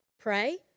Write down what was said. Pray